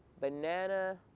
banana